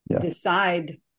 decide